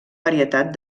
varietat